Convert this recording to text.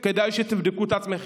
כדאי שתבדקו את עצמכם,